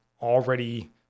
already